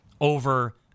over